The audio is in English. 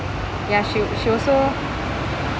ya she she also